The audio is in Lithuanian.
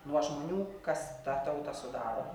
nuo žmonių kas tą tautą sudaro